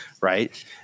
Right